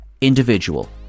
individual